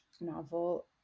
novel